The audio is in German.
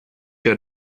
der